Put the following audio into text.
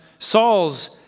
Saul's